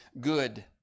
good